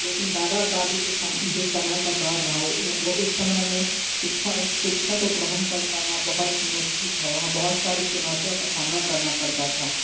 लेकिन दादा दादी के सम जिस समय का दौर रहा वह उस समय में शिक्षा शिक्षा को ग्रहण कर पाना बहुत ही मुश्किल था वहाँ बहुत सारी चुनौतियों का सामना करना पड़ता था